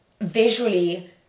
visually